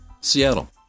Seattle